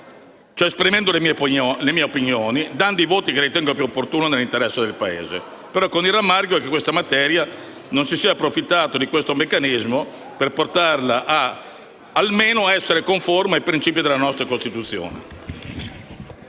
ovvero esprimendo le mie opinioni e dando i voti che ritengo più opportuni nell'interesse del Paese, con il rammarico che, per questa materia, non si sia approfittato di questo meccanismo per portarla almeno a essere conforme ai princìpi della nostra Costituzione.